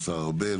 השר ארבל